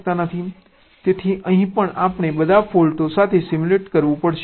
તેથી અહીં પણ આપણે બધા ફોલ્ટો સાથે સિમ્યુલેટ કરવું પડશે